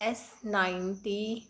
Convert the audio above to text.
S ninety